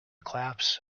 collapse